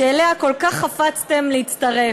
שאליה כל כך חפצתם להצטרף.